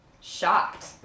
shocked